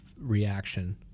reaction